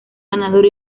ganador